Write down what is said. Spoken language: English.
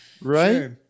Right